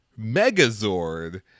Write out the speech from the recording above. megazord